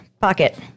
pocket